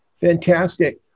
Fantastic